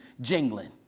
jingling